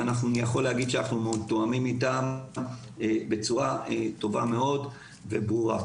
אני יכול להגיד שאנחנו מתואמים איתם בצורה טובה מאוד וברורה.